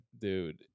Dude